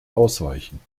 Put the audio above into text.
ausweichen